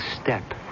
step